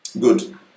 Good